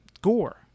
gore